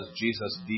Jesus